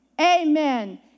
Amen